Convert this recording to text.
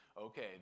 okay